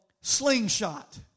slingshot